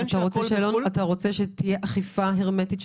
בין שהכול בחו"ל --- אתה רוצה שתהיה אכיפה הרמטית,